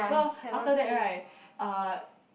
so after that right uh